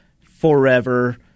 forever